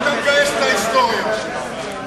מה אתה מגייס את ההיסטוריה עכשיו,